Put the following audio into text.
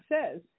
says